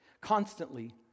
Constantly